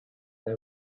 they